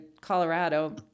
Colorado